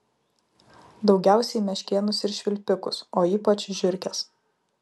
daugiausiai meškėnus ir švilpikus o ypač žiurkes